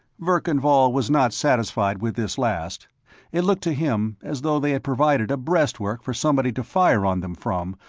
verkan vall was not satisfied with this last it looked to him as though they had provided a breastwork for somebody to fire on them from,